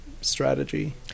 strategy